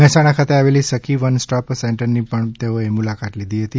મહેસાણા ખાતે આવેલી Sakhi one stop સેન્ટરની પણ તેઓએ મુલાકાત લીધી હતી